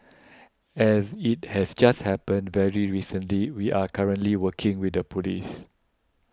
as it has just happened very recently we are currently working with the police